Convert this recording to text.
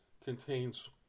contains